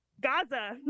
gaza